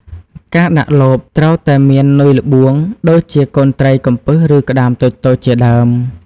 ការដាក់លបត្រូវតែមាននុយល្បួង ដូចជាកូនត្រីកំពិសឬក្ដាមតូចៗជាដើម។